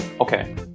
okay